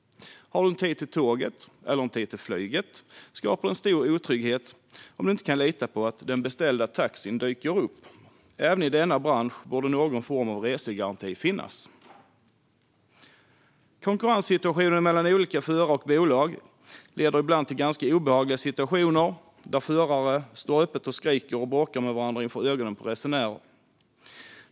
Har du ett tåg eller ett flyg att passa skapar det en stor otrygghet om du inte kan lita på att den beställda taxin dyker upp. Även i denna bransch borde någon form av resegaranti finnas. Konkurrenssituationen mellan olika förare och bolag leder ibland till ganska obehagliga situationer där förare öppet står och skriker och bråkar med varandra inför ögonen på resenärer.